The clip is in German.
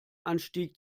anstieg